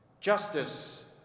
justice